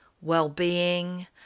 well-being